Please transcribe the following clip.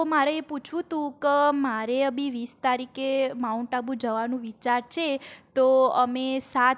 તો મારે એ પૂછવું હતું કે મારે અભી વીસ તારીખે માઉન્ટ આબુ જવાનું વિચાર છે તો અમે સાત